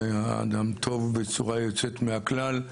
הוא היה אדם טוב בצורה יוצאת מן הכלל.